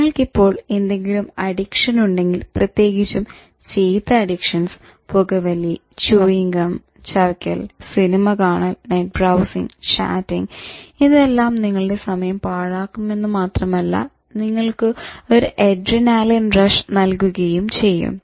നിങ്ങൾക്കിപ്പോൾ എന്തെങ്കിലും അഡിക്ഷൻ ഉണ്ടെങ്കിൽ പ്രത്യേകിച്ചും ചീത്ത അഡിക്ഷൻസ് പുകവലി ച്യൂയിങ് ഗം ചവയ്ക്കൽ സിനിമ കാണൽ നെറ്റ് ബ്രൌസിംഗ് ചാറ്റിങ്ങ് ഇതെല്ലം നിങ്ങളുടെ സമയം പാഴാക്കുമെന്ന് മാത്രമല്ല നിങ്ങൾക്ക് ഒരു അഡ്രിനാലിൻ റഷ് നൽകുകയും ചെയ്യും